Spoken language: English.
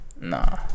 Nah